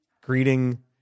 greeting